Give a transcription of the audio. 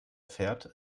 fährt